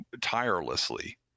tirelessly